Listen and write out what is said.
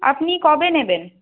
আপনি কবে নেবেন